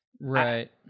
Right